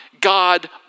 God